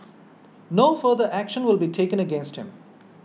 no further action will be taken against him